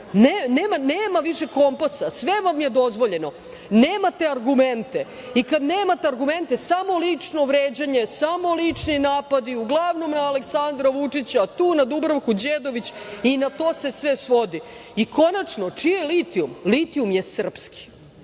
više kompasa, sve vam je dozvoljeno, nemate argumente i kada nemate argumente samo lično vređanje, samo lični napadi uglavnom Aleksandra Vučića, tu na Dubravku Đedović i na to se sve svodi. Konačno, čiji je litijum? Litijum je srpski.